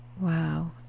Wow